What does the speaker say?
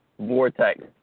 vortex